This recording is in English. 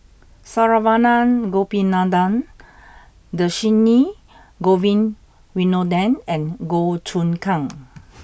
Saravanan Gopinathan Dhershini Govin Winodan and Goh Choon Kang